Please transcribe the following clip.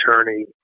attorney